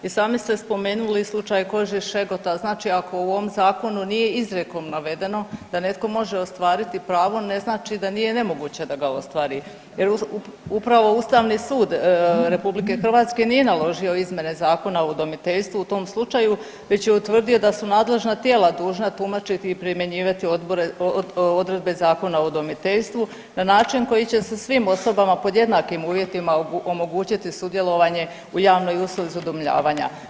I sami ste spomenuli slučaj Kožić Šegota, znači ako u ovom zakonu nije izrijekom navedeno da netko može ostvariti pravo ne znači da nije nemoguće da ga ostvari jer upravo Ustavni sud RH nije naložio izmjene Zakona o udomiteljstvu u tom slučaju već je utvrdio da su nadležna tijela dužna tumačiti i primjenjivati odredbe Zakona o udomiteljstvu na način koji će se svim osobama pod jednakim uvjetima omogućiti sudjelovanje u javnoj usluzi udomljavanja.